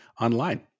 online